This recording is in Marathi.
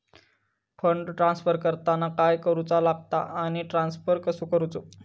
फंड ट्रान्स्फर करताना काय करुचा लगता आनी ट्रान्स्फर कसो करूचो?